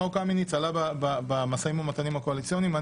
חוק קמיניץ עלה במשאים ומתנים הקואליציוניים.